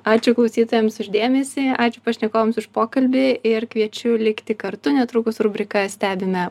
ačiū klausytojams už dėmesį ačiū pašnekovams už pokalbį ir kviečiu likti kartu netrukus rubrika stebime